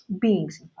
beings